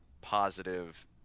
positive